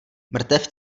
mrtev